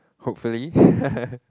hopefully